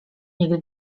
nikt